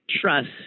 trust